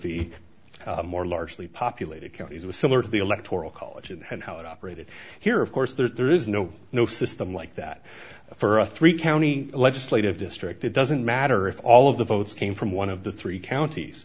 the more largely populated counties was similar to the electoral college and how it operated here of course there is no no system like that for a three county legislative district it doesn't matter if all of the votes came from one of the three counties